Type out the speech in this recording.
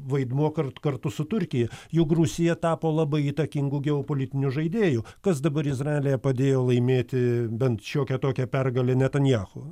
vaidmuo kart kartu su turkija juk rusija tapo labai įtakingu geopolitiniu žaidėju kas dabar izraelyje padėjo laimėti bent šiokią tokią pergalę netanyahu